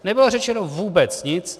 Nebylo řečeno vůbec nic.